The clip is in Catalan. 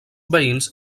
veïns